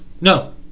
No